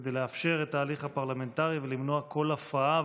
כדי לאפשר את ההליך הפרלמנטרי ולמנוע כל הפרעה,